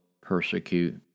persecute